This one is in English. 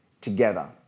together